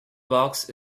box